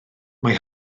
mae